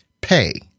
pay